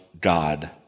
God